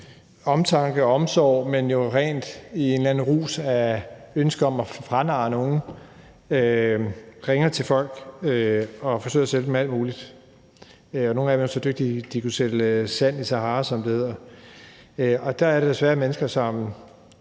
omtanke og omsorg, men i en eller anden rus og med et ønske om at franarre nogen noget ringer til folk og forsøger at sælge dem alt muligt. Nogle af dem er så dygtige, at de kunne sælge sand i Sahara, som det hedder. Og der er desværre mennesker, som